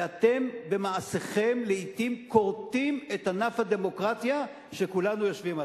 ואתם במעשיכם לעתים כורתים את ענף הדמוקרטיה שכולנו יושבים עליו.